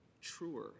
truer